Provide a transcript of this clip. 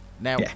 now